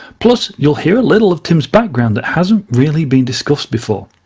plus, you'll hear a little of tim's background that hasn't really been discussed before.